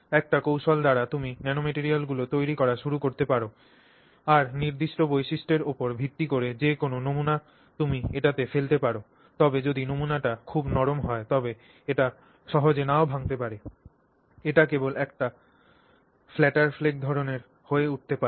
একটি কৌশল দ্বারা তুমি ন্যানোম্যাটেরিয়ালগুলি তৈরি করা শুরু করতে পার আর নির্দিষ্ট বৈশিষ্ট্যের উপর ভিত্তি করে যে কোনও নমুনা তুমি এটিতে ফেলতে পার তবে যদি নমুনাটি খুব নরম হয় তবে এটি সহজে নাও ভাঙ্গতে পারে এটি কেবল একটি চ্যাপ্টা টুকরো ধরণের হয়ে উঠতে পারে